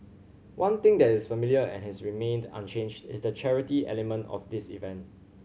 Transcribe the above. one thing that is familiar and has remained unchanged is the charity element of this event